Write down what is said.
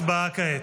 הצבעה כעת.